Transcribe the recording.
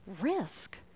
risk